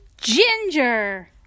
Ginger